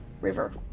river